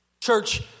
Church